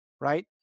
right